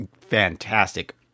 fantastic